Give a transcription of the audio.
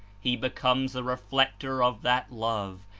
he becomes a reflector of that love,